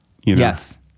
Yes